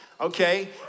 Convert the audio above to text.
okay